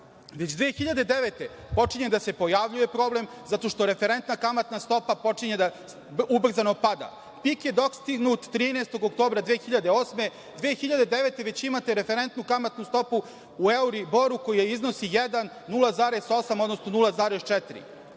već 2009. godine počinje da se pojavljuje problem zato što referentna kamatna stopa počinje da ubrzano pada. Pik je dostignut 13. oktobra 2008. godine, 2009. već imate referentnu kamatnu stopu u euriboru koja iznosi 1,08 odnosno